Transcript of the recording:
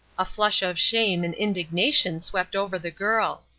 a flush of shame and indignation swept over the girl.